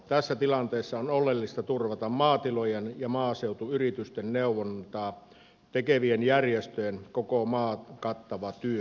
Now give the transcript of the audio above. tässä tilanteessa on oleellista turvata maatilojen ja maaseutuyritysten neuvontaa tekevien järjestöjen koko maan kattava työ